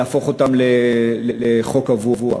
להפוך אותן לחוק קבוע.